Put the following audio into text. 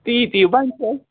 تی تی وۅنۍ چھُ اَسہِ